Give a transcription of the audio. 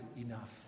enough